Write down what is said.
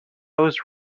was